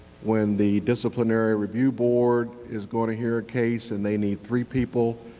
when the disciplinary review board is going to hear case and they need three people,